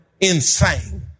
insane